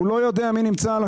הוא לא יודע בכלל